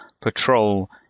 patrol